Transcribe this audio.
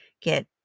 get